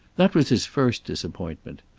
that was his first disappointment.